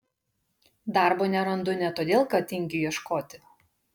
darbo nerandu ne todėl kad tingiu ieškoti